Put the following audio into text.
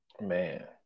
Man